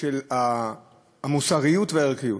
של המוסריות והערכיות?